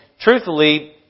truthfully